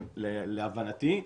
להבנתי.